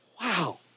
Wow